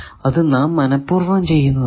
അത് നാം മനപ്പൂർവം ചെയ്യുന്നതാണ്